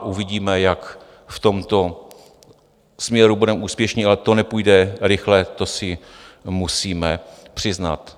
Uvidíme, jak v tomto směru budeme úspěšní, ale to nepůjde rychle, to si musíme přiznat.